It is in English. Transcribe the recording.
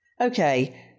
Okay